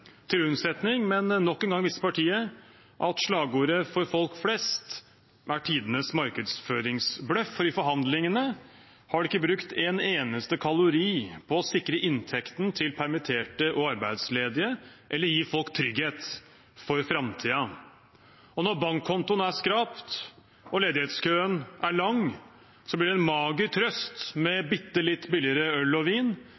til unnsetning, men nok en gang viser partiet at slagordet «For folk flest» er tidenes markedsføringsbløff, for i forhandlingene har de ikke brukt en eneste kalori på å sikre inntekten til permitterte og arbeidsledige eller på å gi folk trygghet for framtiden. Når bankkontoen er skrapt og ledighetskøen er lang, blir det en mager trøst med bitte litt billigere øl og vin.